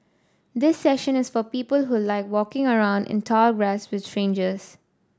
this session is for people who like walking around in tall grass with strangers